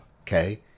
okay